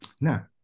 Now